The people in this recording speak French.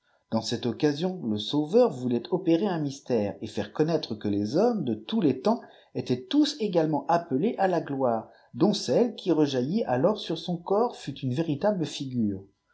dans cette occasion le sauveur voulait opérer un mystère et faire connaître que les hommes de tous les temps étaient tous également appielés à la gloire dont celle qui rejaillit alors sur son corps fut une véritable figure